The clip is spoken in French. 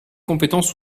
compétences